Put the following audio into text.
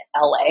LA